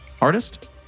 artist